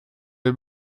les